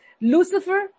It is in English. Lucifer